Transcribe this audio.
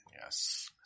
Yes